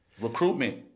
Recruitment